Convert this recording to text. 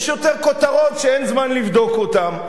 יש יותר כותרות שאין זמן לבדוק אותן.